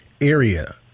area